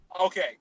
Okay